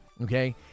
Okay